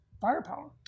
firepower